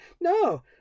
no